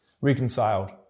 Reconciled